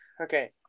okay